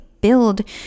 build